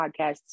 podcasts